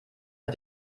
hat